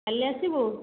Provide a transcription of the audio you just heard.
କାଲି ଆସିବୁ